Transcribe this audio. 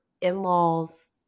in-laws